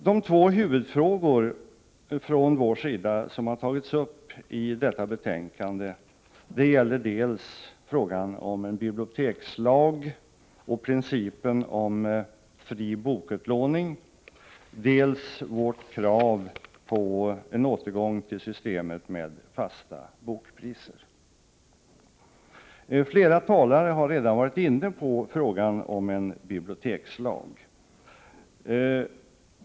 De två huvudfrågor som från vår sida tagits upp i detta betänkande gäller dels frågan om en bibliotekslag och principen om fri bokutlåning, dels vårt krav på en återgång till systemet med fasta bokpriser. Flera talare har redan varit inne på frågan om en bibliotekslag.